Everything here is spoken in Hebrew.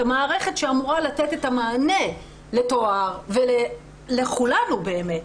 המערכת שאמורה לתת את המענה לטוהר ולכולנו באמת,